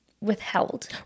withheld